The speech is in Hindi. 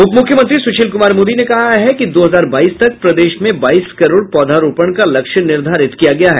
उपमुख्यमंत्री सुशील कुमार मोदी ने कहा है कि दो हजार बाईस तक प्रदेश में बाईस करोड़ पौधारोपण का लक्ष्य निर्धारित किया गया है